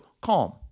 CALM